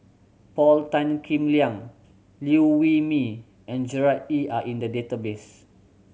Paul Tan Kim Liang Liew Wee Mee and Gerard Ee Are in the database